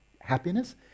happiness